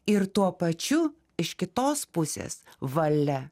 ir tuo pačiu iš kitos pusės valia